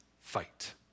fight